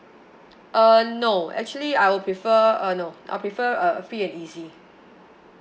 uh no actually I would prefer uh no I'll prefer a a free and easy